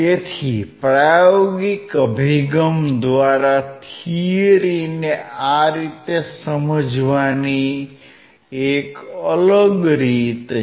તેથી પ્રાયોગિક અભિગમ દ્વારા થીયરીને આ રીતે સમજવાની એક અલગ રીત છે